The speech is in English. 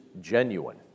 genuine